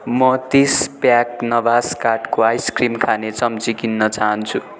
म तिस प्याक नभास काठको आइसक्रिम खाने चम्ची किन्न चाहन्छु